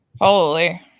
Holy